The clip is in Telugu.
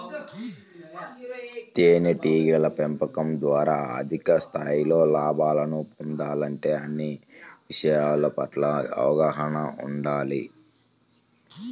తేనెటీగల పెంపకం ద్వారా అధిక స్థాయిలో లాభాలను పొందాలంటే అన్ని విషయాల పట్ల అవగాహన ఉండాలి